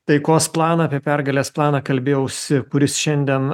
taikos planą apie pergalės planą kalbėjausi kuris šiandien